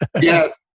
yes